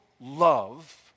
love